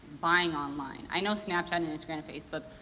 buying online. i know snapchat and instagram and facebook,